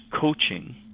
coaching